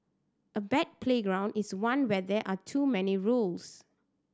a bad playground is one where there are too many rules